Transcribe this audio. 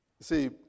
see